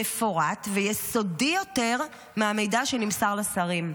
מפורט ויסודי יותר מהמידע שנמסר לשרים.